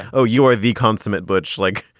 oh, you are the consummate butch. like,